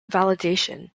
validation